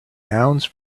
nouns